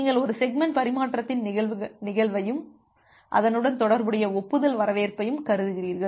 நீங்கள் ஒரு செக்மெண்ட் பரிமாற்றத்தின் நிகழ்வையும் அதனுடன் தொடர்புடைய ஒப்புதல் வரவேற்பையும் கருதுகிறீர்கள்